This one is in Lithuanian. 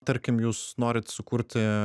tarkim jūs norit sukurti